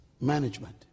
management